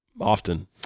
Often